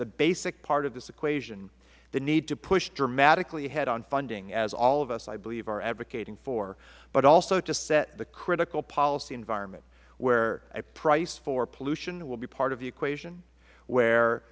the basic part of this equation the need to push dramatically ahead on funding as all of us i believe are advocating for but also to set the critical policy environment where a price for pollution will be part of the equation where